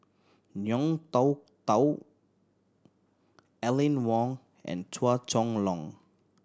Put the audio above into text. Ngiam Tong Dow Aline Wong and Chua Chong Long